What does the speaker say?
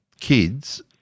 kids